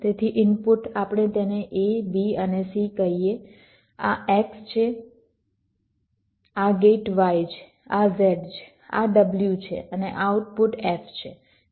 તેથી ઇનપુટ આપણે તેને a b અને c કહીએ આ x છે આ ગેટ y છે આ z છે આ w છે અને આઉટપુટ f છે